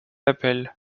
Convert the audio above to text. appel